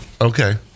Okay